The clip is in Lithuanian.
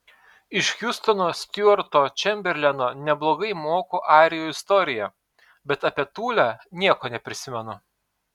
iš hiustono stiuarto čemberleno neblogai moku arijų istoriją bet apie tulę nieko neprisimenu